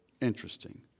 interesting